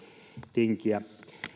tinkiä